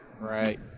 right